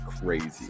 crazy